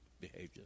behavior